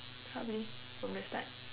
probably from the start